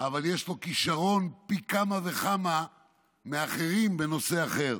אבל יש לו כישרון פי כמה וכמה מאחרים בנושא אחר.